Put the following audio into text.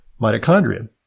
mitochondria